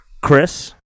Chris